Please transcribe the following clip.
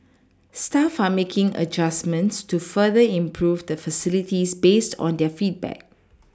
staff are making adjustments to further improve the facilities based on their feedback